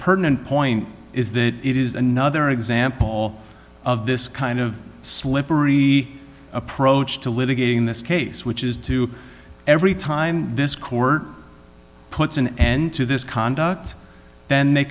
and point is that it is another example of this kind of slippery approach to litigating this case which is to every time this court puts an end to this conduct then they